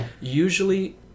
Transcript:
usually